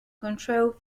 control